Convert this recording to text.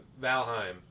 Valheim